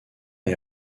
est